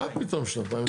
מה פתאום שנתיים?